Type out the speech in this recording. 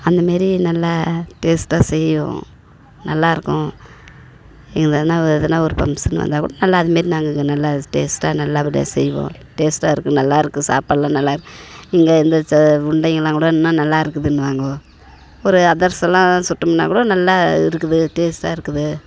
அந்தமாரி நல்லா டேஸ்ட்டாக செய்வோம் நல்லாயிருக்கும் இல்லைன்னா எதனா ஒரு பங்க்ஷனு வந்தால்கூட நல்லா அதுமாரி நாங்கள் அங்கே நல்லா டேஸ்ட்டாக நல்லபடியாக செய்வோம் டேஸ்ட்டாக இருக்குது நல்லா இருக்குது சாப்பாடெலாம் நல்லா இங்கே இந்த ச உருண்டைங்களாம் கூட இன்னும் நல்லா இருக்குதுன்னுவாங்கோ ஒரு அதிரசம்லாம் சுட்டோம்னா கூட நல்லா இருக்குது டேஸ்ட்டாக இருக்குது